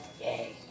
Yay